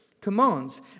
commands